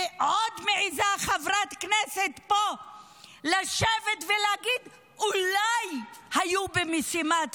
וחברת כנסת עוד מעזה פה לשבת ולהגיד: אולי היו במשימת ריגול.